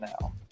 now